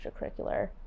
extracurricular